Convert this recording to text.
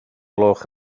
gloch